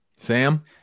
Sam